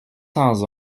sans